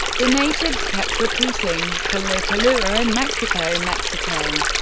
the natives kept repeating colua, colua, and mexico, mexico,